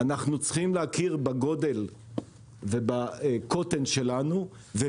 אנחנו צריכים להכיר בזה שאנחנו קטנים ולהבין